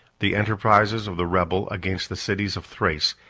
the enterprises of the rebel, against the cities of thrace,